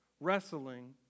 wrestling